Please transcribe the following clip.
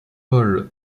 paul